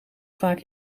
vaak